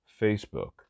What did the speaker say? Facebook